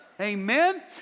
Amen